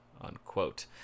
unquote